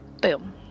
boom